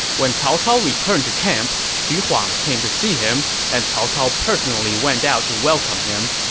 when cao cao returned to camp, xu huang came to see him, and cao cao personally went out to welcome him.